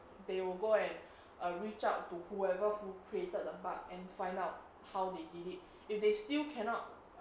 they will go and err reach out to whoever who created the bug and find out how they did it if they still cannot